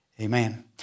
Amen